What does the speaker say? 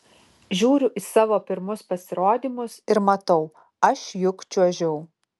žiūriu į savo pirmus pasirodymus ir matau aš juk čiuožiau